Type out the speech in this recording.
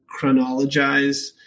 chronologize